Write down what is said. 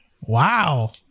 Wow